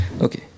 Okay